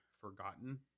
forgotten